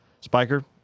Spiker